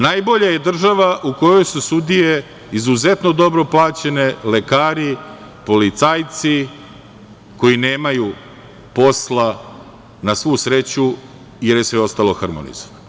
Najbolja je država u kojoj su sudije izuzetno dobro plaćene, lekari, policajci, koji nemaju posla na svu sreću jer je sve ostalo harmonizovano.